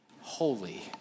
holy